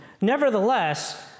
Nevertheless